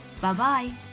Bye-bye